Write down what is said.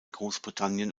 großbritannien